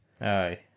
Aye